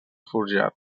forjat